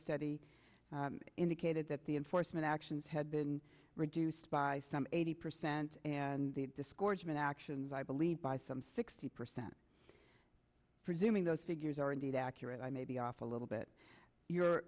study indicated that the enforcement actions had been reduced by some eighty percent and the discords human actions i believe by some sixty percent presuming those figures are indeed accurate i may be off a little bit you're